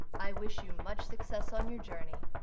i wish you much success on your journey.